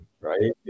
right